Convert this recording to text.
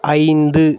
ஐந்து